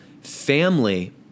family